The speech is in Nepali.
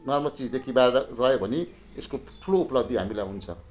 नराम्रो चिजदेखि बाहिर रह्यो भने यसको ठुलो उपलब्धि हामीलाई हुन्छ